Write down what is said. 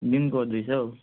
दिनको दुई सय